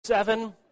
Seven